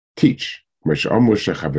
teach